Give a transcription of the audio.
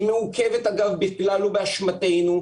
היא מעוכבת אגב בכלל לא באשמתנו,